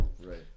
Right